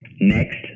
Next